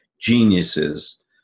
geniuses